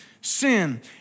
sin